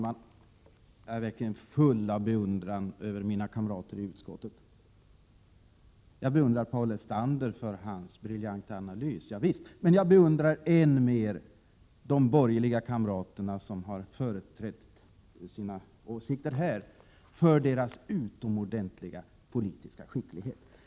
Herr talman! Jag är full av beundran inför mina kamrater i utskottet. Jag beundrar Paul Lestander för hans briljanta analys. Men jag beundrar än mer de borgerliga kamraterna, som har framfört sina åsikter här, för deras utomordentliga politiska skicklighet.